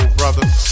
brothers